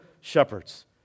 shepherds